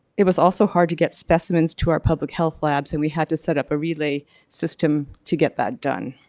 it was also hard to get specimens to our public health labs and we had to set up a relay system to get that done.